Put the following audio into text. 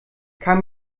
kann